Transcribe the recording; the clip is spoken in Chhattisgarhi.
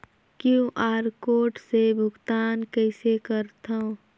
क्यू.आर कोड से भुगतान कइसे करथव?